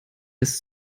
ist